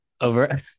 Over